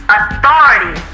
authority